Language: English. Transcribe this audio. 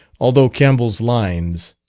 although campbell's lines